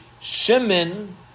Shimon